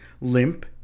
limp